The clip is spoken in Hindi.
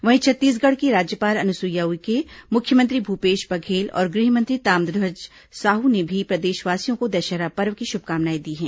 वहीं छत्तीसगढ़ की राज्यपाल अनुसुईया उइके मुख्यमंत्री भूपेश बघेल और गृह मंत्री ताम्रध्वज साहू ने भी प्रदेशवासियों को दशहरा पर्व की शुभकामनाएं दी हैं